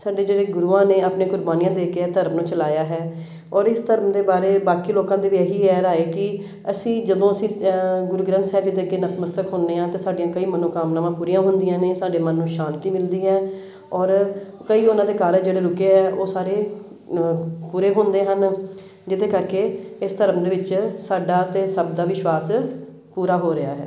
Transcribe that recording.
ਸਾਡੇ ਜਿਹੜੇ ਗੁਰੂਆਂ ਨੇ ਆਪਣੀਆਂ ਕੁਰਬਾਨੀਆਂ ਦੇ ਕੇ ਧਰਮ ਨੂੰ ਚਲਾਇਆ ਹੈ ਔਰ ਇਸ ਧਰਮ ਦੇ ਬਾਰੇ ਬਾਕੀ ਲੋਕਾਂ ਦੇ ਵੀ ਇਹੀ ਹੈ ਰਾਏ ਕਿ ਅਸੀਂ ਜਦੋਂ ਅਸੀਂ ਗੁਰੂ ਗ੍ਰੰਥ ਸਾਹਿਬ ਦੇ ਅੱਗੇ ਨਤਮਸਤਕ ਹੁੰਦੇ ਹਾਂ ਅਤੇ ਸਾਡੀਆਂ ਕਈ ਮਨੋਕਾਮਨਾਵਾਂ ਪੂਰੀਆਂ ਹੁੰਦੀਆਂ ਨੇ ਸਾਡੇ ਮਨ ਨੂੰ ਸ਼ਾਂਤੀ ਮਿਲਦੀ ਹੈ ਔਰ ਕਈ ਉਹਨਾਂ ਦੇ ਕਾਰਜ ਜਿਹੜੇ ਰੁਕੇ ਹੈ ਉਹ ਸਾਰੇ ਪੂਰੇ ਹੁੰਦੇ ਹਨ ਜਿਹਦੇ ਕਰਕੇ ਇਸ ਧਰਮ ਦੇ ਵਿੱਚ ਸਾਡਾ ਅਤੇ ਸਭ ਦਾ ਵਿਸ਼ਵਾਸ ਪੂਰਾ ਹੋ ਰਿਹਾ ਹੈ